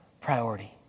priority